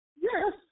Yes